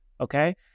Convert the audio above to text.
Okay